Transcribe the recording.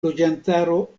loĝantaro